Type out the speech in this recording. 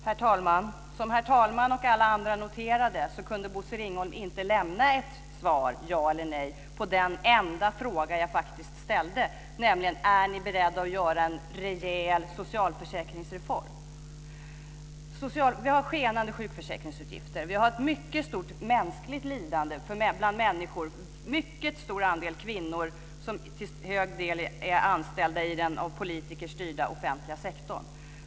Herr talman! Som herr talman och alla andra noterade kunde Bosse Ringholm inte lämna ett svar, ja eller nej, på den enda fråga som jag faktiskt ställde, nämligen om ni är beredda att göra en rejäl socialförsäkringsreform. Vi har skenande sjukförsäkringsutgifter. Vi har ett mycket stort mänskligt lidande bland människor. Det är en mycket stor andel kvinnor som är anställd i den av politiker styrda offentliga sektorn.